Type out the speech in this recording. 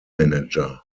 manager